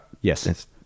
Yes